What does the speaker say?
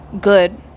good